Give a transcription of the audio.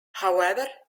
however